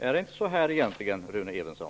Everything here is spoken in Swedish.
Är det inte så egentligen, Rune Evensson?